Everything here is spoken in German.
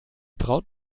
braut